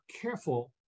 careful